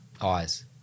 Eyes